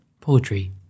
Poetry